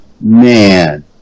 man